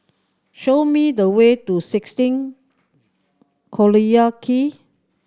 show me the way to sixteen Collyer Quay